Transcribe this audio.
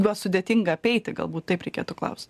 juos sudėtinga apeiti galbūt taip reikėtų klaust